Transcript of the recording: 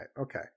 Okay